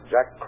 Jack